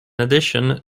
addition